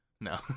No